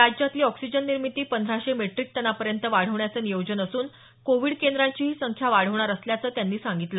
राज्यातली ऑक्सिजन निर्मिती पंधराशे मेट्रीक टनापर्यंत वाढवण्याचं नियोजन असून कोविड केंद्रांचीही संख्या वाढवणार असल्याचं त्यांनी सांगितलं